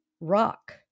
Rock